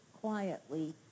quietly